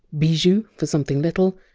bijou, for something little.